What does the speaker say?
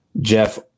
Jeff